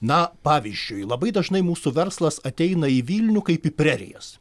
na pavyzdžiui labai dažnai mūsų verslas ateina į vilnių kaip į prerijas